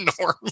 Norm